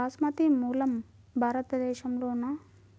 బాస్మతి మూలం భారతదేశంలోనా?